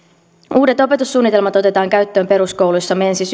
uudet opetussuunnitelmat otetaan käyttöön peruskouluissamme ensi